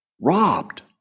Robbed